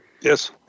Yes